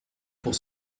pour